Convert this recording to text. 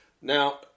Now